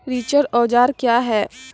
रिचर औजार क्या हैं?